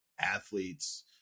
athletes